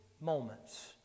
moments